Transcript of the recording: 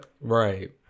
Right